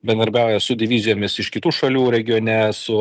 bendarbiauja su divizijomis iš kitų šalių regione su